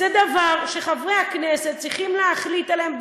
זה דבר שחברי הכנסת צריכים להחליט עליו,